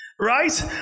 right